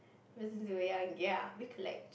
it was since we were young ya we collect